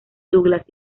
douglas